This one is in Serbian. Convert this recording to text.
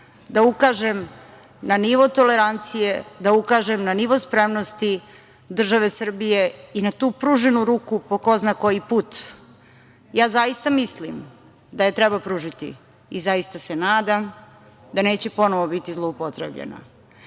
da ukažem na nivo tolerancije, da ukažem na nivo spremnosti države Srbije i na tu pruženu ruku po ko zna koji put. Ja zaista mislim da je treba pružiti i zaista se nadam da neće ponovo biti zloupotrebljena. Važno